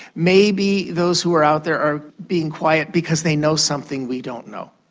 maybe those who are out there are being quiet because they know something we don't know.